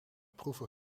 proeven